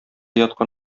яткан